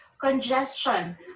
congestion